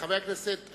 חברי הכנסת,